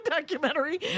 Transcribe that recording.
documentary